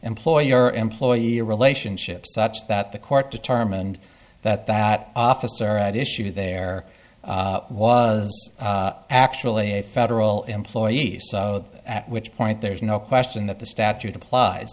employer employee relationship such that the court determined that that officer at issue there was actually a federal employees at which point there's no question that the statute applies